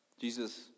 Jesus